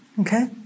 Okay